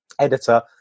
editor